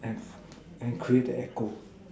and and create the echo